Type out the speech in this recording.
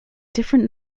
different